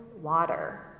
water